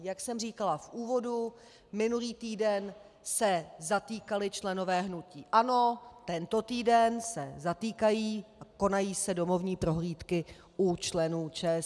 Jak jsem říkala v úvodu, minulý týden se zatýkali členové hnutí ANO, tento týden se zatýkají a konají se domovní prohlídky u členů ČSSD.